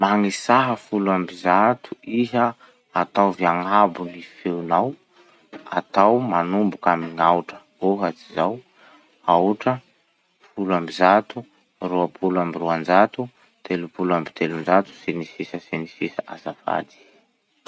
Magnisaha folo amby zato iha, ataovo agnabo gny feonao, atao manomboky amy gn'aotra. Ohatsy zao: aotra, folo amby zao, roapolo amby roanjato, telopolo amby telonjato, sy ny sisa sy ny sisa azafady.